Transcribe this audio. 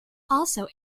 also